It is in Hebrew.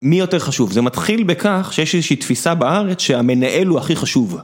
מי יותר חשוב? זה מתחיל בכך שיש איזושהי תפיסה בארץ שהמנהל הוא הכי חשוב.